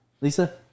Lisa